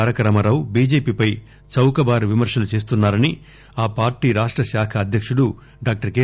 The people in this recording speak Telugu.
తారక రామారావు బీజేపీపై చౌకబారు విమర్పలు చేస్తున్నారని పార్టీ రాష్ట శాఖ అధ్యకుడు డాక్టర్ కె